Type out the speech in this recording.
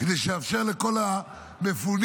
כדי לאפשר לכל המפונים,